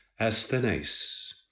asthenes